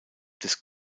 des